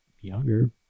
younger